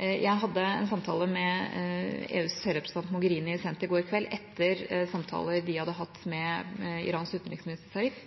Jeg hadde en samtale med EUs høyrepresentant, Mogherini, sent i går kveld, etter samtaler de hadde hatt med Irans utenriksminister, Zarif.